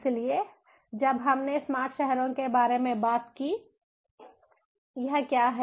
इसलिए जब हमने स्मार्ट शहरों के बारे में बात की यह क्या है